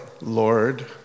Lord